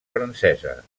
francesa